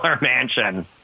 mansion